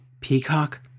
Peacock